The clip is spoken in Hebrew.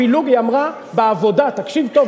הפילוג, היא אמרה, בעבודה, תקשיב טוב.